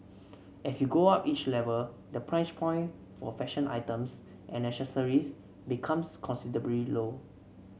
as you go up each level the price point for fashion items and accessories becomes considerably low